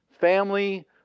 family